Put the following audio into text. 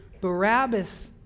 Barabbas